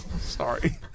Sorry